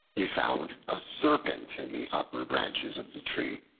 he found a serpent in the upper branches of the tree,